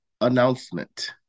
announcement